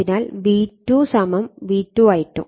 അതിനാൽ V2 V2 I2